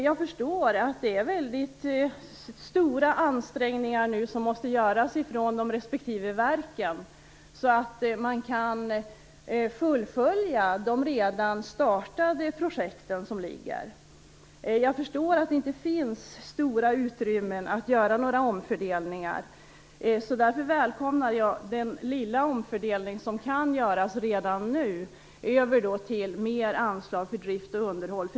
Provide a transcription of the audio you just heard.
Jag förstår att det måste göras stora ansträngningar från respektive verk så att man kan fullfölja de redan startade projekten. Jag förstår att det inte finns stora utrymmen för att göra några omfördelningar. Därför välkomnar jag den lilla omfördelning som kan göras redan nu, till mer anslag för drift och underhåll.